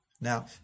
Now